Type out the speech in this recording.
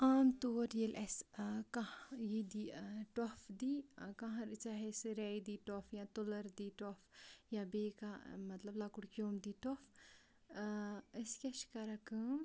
عام طور ییٚلہِ اَسہِ کانٛہہ یہِ دی ٹۄپھ دی کانٛہہ چاہے سُہ ریٚیہِ دی ٹۄپھ یا تُلٕر دی ٹۄپھ یا بیٚیہِ کانٛہہ مطلب لۄکُٹ کیوٚم دی ٹۄپھ أسۍ کیٛاہ چھِ کَران کٲم